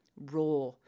raw